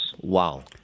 Wow